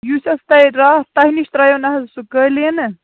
یُس اَسہِ تُہہِ راتھ تُہہِ نِش ترٛایو نہَ حظ سُہ قٲلیٖن